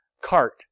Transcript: cart